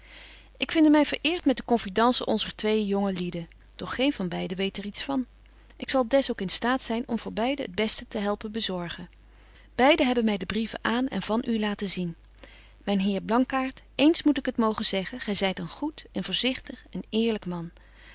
ik vinde my vereert met de confidence onzer twee jonge lieden doch geen van beiden weet er iets van ik zal des ook in staat zyn om voor beiden het beste te helpen bezorgen beiden hebben my de brieven aan en van u laten zien myn heer blankaart ééns moet ik het mogen zeggen gy zyt een goed een voorzichtig een eerlyk man